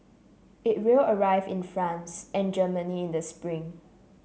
it will arrive in France and Germany in the spring